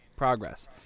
progress